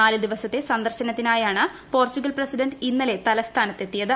നാലു ദിവസത്തെ സന്ദർശനത്തിനായാണ് പോർച്ചുഗൽ പ്രസിഡന്റ് ഇന്നലെ തലസ്ഥാനത്ത് എത്തിയത്